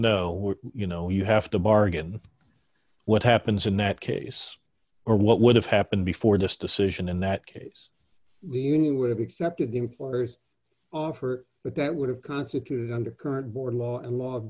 no you know you have to bargain what happens in that case or what would have happened before this decision in that case the union would have accepted the employers offer but that would have constituted under current born law and l